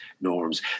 norms